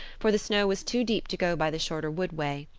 for the snow was too deep to go by the shorter wood way.